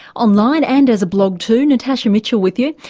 online and as a blog too, natasha mitchell with you.